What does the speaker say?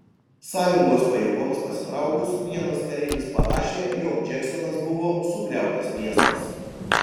sąjungos pajėgoms pasitraukus vienas kareivis parašė jog džeksonas buvo sugriautas miestas